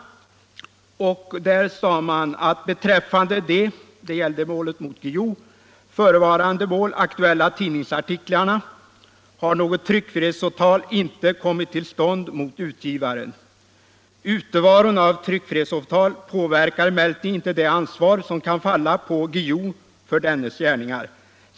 Där sades att ”beträffande de i förevarande mål” — det gällde målet mot Guillou —- ”aktuella tidningsartiklarna har något tryckfrihetsåtal inte kommit till stånd mot utgivaren. Utevaron av tryckfrihetsåtal påverkar emellertid inte det ansvar som kan falla på Guillou för dennes gärningar.